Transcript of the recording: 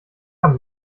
haben